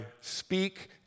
speak